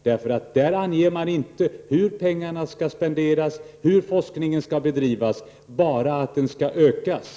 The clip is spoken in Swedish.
Där anges inte hur pengarna skall spenderas och hur forskningen skall bedrivas, bara att den skall ökas.